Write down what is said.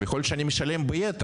יכול להיות שאני משלם ביתר,